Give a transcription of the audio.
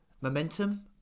momentum